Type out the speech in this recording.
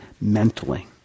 mentally